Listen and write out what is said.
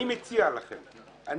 אני מציע לכם: